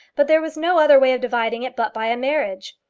but there was no other way of dividing it but by a marriage.